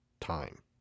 time